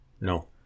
No